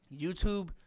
YouTube